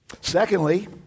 Secondly